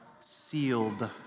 sealed